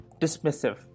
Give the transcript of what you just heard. dismissive